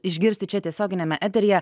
išgirsti išgirsti čia tiesioginiame eteryje